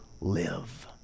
live